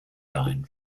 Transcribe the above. line